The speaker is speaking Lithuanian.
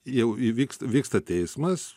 jau įvyks vyksta teismas